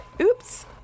Oops